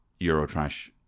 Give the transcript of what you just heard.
Eurotrash